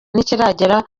ntikiragera